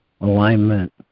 alignment